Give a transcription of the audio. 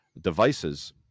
devices